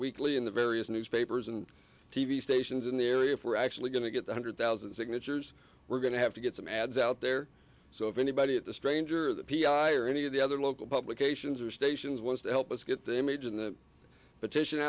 weekly in the various newspapers and t v stations in the area if we're actually going to get the hundred thousand signatures we're going to have to get some ads out there so if anybody at the stranger or the p r i or any of the other local publications or stations wants to help us get they made in the petition